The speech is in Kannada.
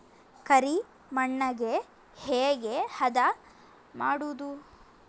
ಕರಿ ಮಣ್ಣಗೆ ಹೇಗೆ ಹದಾ ಮಾಡುದು?